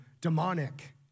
demonic